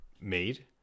made